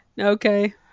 Okay